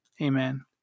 Amen